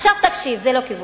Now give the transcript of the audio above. עכשיו תקשיב, זה לא כיבוש.